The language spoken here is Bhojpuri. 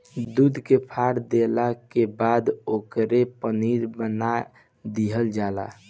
दूध के फार देला के बाद ओकरे पनीर बना दीहल जला